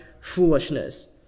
foolishness